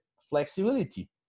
flexibility